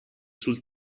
sul